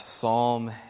Psalm